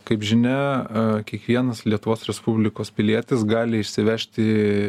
kaip žinia kiekvienas lietuvos respublikos pilietis gali išsivežti